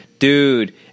Dude